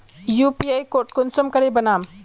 UPI code कुंसम करे बनाम?